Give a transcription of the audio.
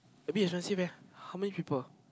a bit expensive eh how many people